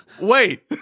Wait